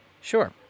sure